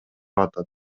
атат